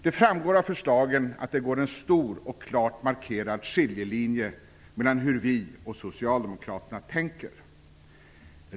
Det framgår av förslagen att det går en stor och klart markerad skiljelinje mellan hur vi och Socialdemokraterna tänker.